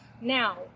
now